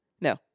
No